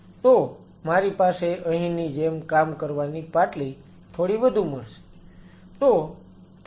તો મારી પાસે અહીંની જેમ કામ કરવાની પાટલી થોડી વધુ મળશે